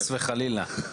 חס וחלילה.